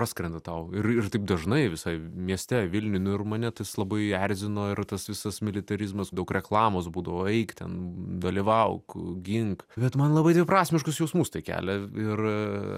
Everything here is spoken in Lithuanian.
praskrenda tau ir ir taip dažnai visai mieste vilniuj ir mane tas labai erzino ir tas visas militarizmas daug reklamos būdavo eik ten dalyvauk gink bet man labai dviprasmiškus jausmus tai kelia ir